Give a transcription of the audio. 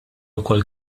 wkoll